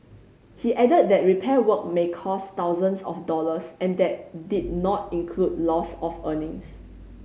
he added that repair work may cost thousands of dollars and that did not include loss of earnings